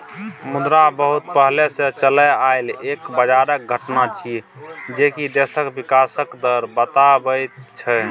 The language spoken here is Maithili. मुद्रा बहुत पहले से चलल आइल एक बजारक घटना छिएय जे की देशक विकासक दर बताबैत छै